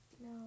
No